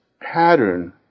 pattern